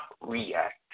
react